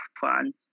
fun